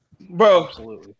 bro